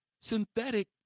synthetic